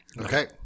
okay